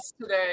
today